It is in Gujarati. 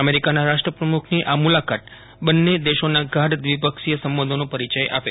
અમેરિકાના રાષ્ટ્રપ્રમુખની આ મુલાકાત બંન્ને દેશોના ગાઢ દ્વિપક્ષીય સંબધોનો પરીચય આપે છે